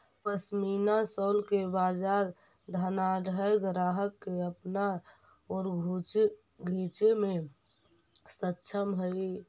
pashmina shawl के बाजार धनाढ्य ग्राहक के अपना ओर खींचे में सक्षम हई